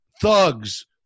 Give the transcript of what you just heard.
thugs